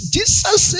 Jesus